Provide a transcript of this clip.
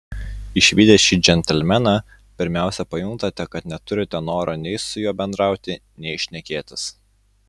išvydę šį džentelmeną pirmiausia pajuntate kad neturite noro nei su juo bendrauti nei šnekėtis